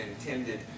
intended